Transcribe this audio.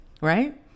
Right